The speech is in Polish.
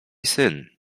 syn